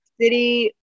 City